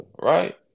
right